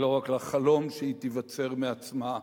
ולא רק לחלום שהיא תיווצר מעצמה,